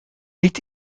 niet